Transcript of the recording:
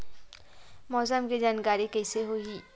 मौसम के जानकारी कइसे होही?